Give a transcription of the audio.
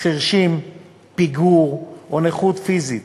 חירשות, פיגור או נכות פיזית.